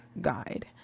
guide